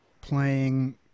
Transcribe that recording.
playing